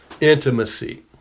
intimacy